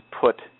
put